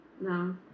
no